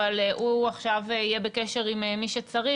אבל הוא עכשיו יהיה בקשר עם מי שצריך.